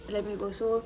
let me go so